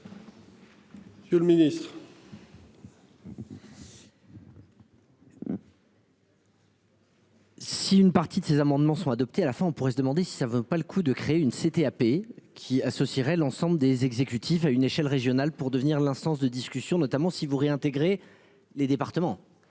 200 398. Le ministre. Si une partie de ces amendements sont adoptés à la fin on pourrait se demander si ça ne veut pas le coup de créer une c'était AP qui associerait l'ensemble des exécutifs à une échelle régionale pour devenir l'instance de discussion, notamment si vous réintégrer les départements.